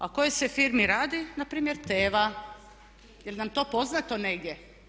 A o kojoj se firmi radi, npr. Teva, jel nam to poznato negdje?